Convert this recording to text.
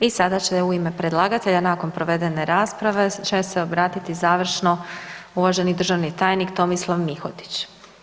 I sada će u ime predlagatelja nakon provedene rasprave će se obratiti završno uvaženi državni tajnik Tomislav Mihotić.